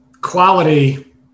quality